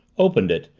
opened it,